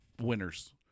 winners